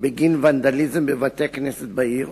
בגין ונדליזם בבתי-כנסת בעיר,